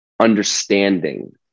understanding